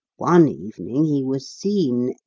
one evening he was seen,